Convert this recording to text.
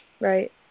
Right